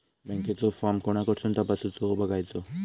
बँकेचो फार्म कोणाकडसून तपासूच बगायचा?